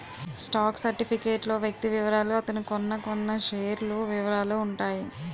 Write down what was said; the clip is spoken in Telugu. స్టాక్ సర్టిఫికేట్ లో వ్యక్తి వివరాలు అతను కొన్నకొన్న షేర్ల వివరాలు ఉంటాయి